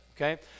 okay